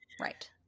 right